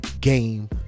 Game